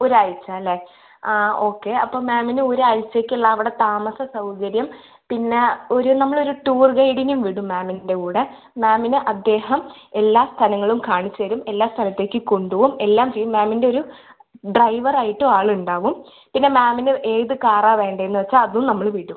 ഒരാഴ്ച അല്ലേ ആ ഓക്കെ അപ്പോൾ മാമിന് ഒരാഴ്ചയ്ക്കുള്ള അവിടെ താമസ സൗകര്യം പിന്നെ ഒരു നമ്മളൊരു ടൂർ ഗൈഡിനെ വിടും മാമിൻ്റെ കൂടെ മാമിന് അദ്ദേഹം എല്ലാ സ്ഥലങ്ങളും കാണിച്ചുതരും എല്ലാ സ്ഥലത്തേക്ക് കൊണ്ടുപോവും എല്ലാം ചെയ്യും മാമിൻറെ രു ഡ്രൈവർ ആയിട്ടും ആളുണ്ടാവും പിന്നെ മാമിന് ഏത് കാർ ആണ് വേണ്ടതെന്ന് വെച്ചാൽ അതും നമ്മൾ വിടും